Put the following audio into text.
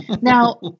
Now